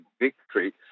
victory